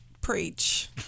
Preach